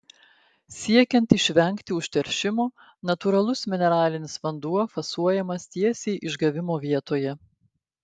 siekiant išvengti užteršimo natūralus mineralinis vanduo fasuojamas tiesiai išgavimo vietoje